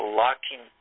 locking